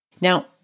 Now